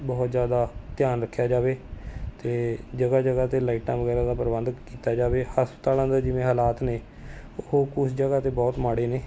ਬਹੁਤ ਜ਼ਿਆਦਾ ਧਿਆਨ ਰੱਖਿਆ ਜਾਵੇ ਅਤੇ ਜਗ੍ਹਾ ਜਗ੍ਹਾ 'ਤੇ ਲਾਈਟਾਂ ਵਗੈਰਾ ਦਾ ਪ੍ਰਬੰਧ ਕੀਤਾ ਜਾਵੇ ਹਸਪਤਾਲਾਂ ਦਾ ਜਿਵੇਂ ਹਾਲਾਤ ਨੇ ਉਹ ਕੁਝ ਜਗ੍ਹਾ 'ਤੇ ਬਹੁਤ ਮਾੜੇ ਨੇ